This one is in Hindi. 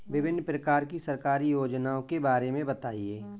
विभिन्न प्रकार की सरकारी योजनाओं के बारे में बताइए?